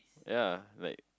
ya like